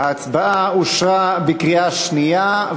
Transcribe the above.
ההצעה אושרה בקריאה שנייה.